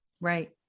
Right